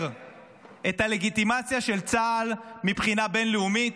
את הלגיטימציה של צה"ל מבחינה בין-לאומית,